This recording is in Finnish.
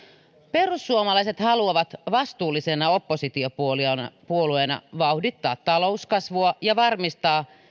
perussuomalaiset haluavat vastuullisena oppositiopuolueena vauhdittaa talouskasvua ja varmistaa